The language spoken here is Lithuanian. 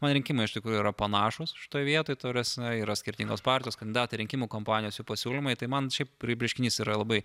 man rinkimai iš tikrųjų yra panašūs šitoj vietoj ta prasme yra skirtingos partijos kandidatai rinkimų kampanijos jų pasiūlymai tai man šiaip kaip reiškinys yra labai